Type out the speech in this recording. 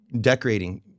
decorating